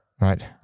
right